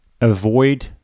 avoid